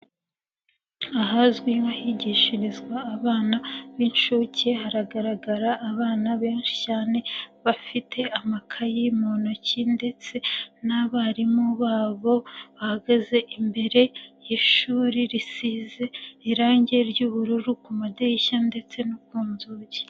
Ahazwi nk'ahigishirizwa abana b'inshuke, hagaragara abana benshi cyane, bafite amakayi mu ntoki ndetse n'abarimu babo, bahagaze imbere y'ishuri risize irangi ry'ubururu ku madirishya ndetse no ku nzugi.